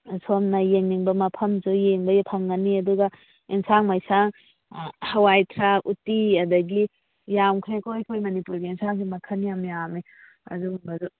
ꯁꯣꯝꯅ ꯌꯦꯡꯅꯤꯡꯕ ꯃꯐꯝꯁꯨ ꯌꯦꯡꯕ ꯐꯪꯒꯅꯤ ꯑꯗꯨꯒ ꯌꯦꯟꯁꯥꯡ ꯃꯥꯏꯁꯥꯡ ꯍꯋꯥꯏ ꯊ꯭ꯔꯥꯛ ꯎꯠꯇꯤ ꯑꯗꯨꯗꯒꯤ ꯌꯥꯝꯈ꯭ꯔꯦꯀꯣ ꯑꯩꯈꯣꯏ ꯃꯅꯤꯄꯨꯔꯒꯤ ꯌꯦꯟꯁꯥꯡꯁꯦ ꯃꯈꯜ ꯌꯥꯝ ꯌꯥꯝꯃꯦ ꯑꯗꯨꯝꯕꯗꯨ